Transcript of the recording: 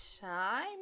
time